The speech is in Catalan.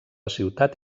ciutat